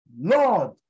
Lord